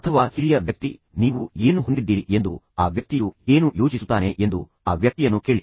ಅಥವಾ ಹಿರಿಯ ವ್ಯಕ್ತಿ ನೀವು ಏನು ಹೊಂದಿದ್ದೀರಿ ಎಂದು ಆ ವ್ಯಕ್ತಿಯು ಏನು ಯೋಚಿಸುತ್ತಾನೆ ಎಂದು ಆ ವ್ಯಕ್ತಿಯನ್ನು ಕೇಳಿ